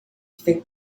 think